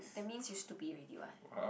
that means you stupid already [what]